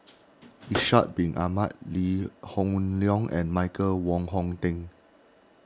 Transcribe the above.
Ishak Bin Ahmad Lee Hoon Leong and Michael Wong Hong Teng